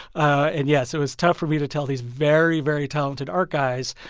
and yes, it was tough for me to tell these very, very talented art guys,